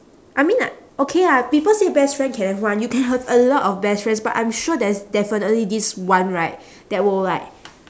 I mean like okay ah people say best friend can have one you can have a lot of best friends but I'm sure there is definitely this one right that will like